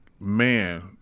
man